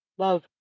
Love